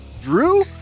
Drew